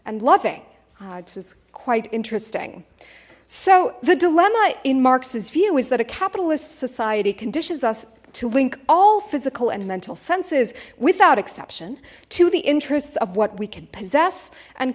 and loving it is quite interesting so the dilemma in marx's view is that a capitalist society conditions us to link all physical and mental senses without exception to the interests of what we can possess and